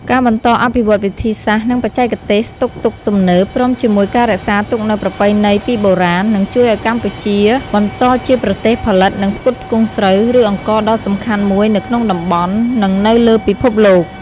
ការបន្តអភិវឌ្ឍវិធីសាស្ត្រ និងបច្ចេកទេសស្តុកទុកទំនើប ព្រមជាមួយការរក្សាទុកនូវប្រពៃណីពីបុរាណ នឹងជួយឲ្យកម្ពុជាបន្តជាប្រទេសផលិត និងផ្គត់ផ្គង់ស្រូវ ឬអង្ករដ៏សំខាន់មួយនៅក្នុងតំបន់ និងនៅលើពិភពលោក។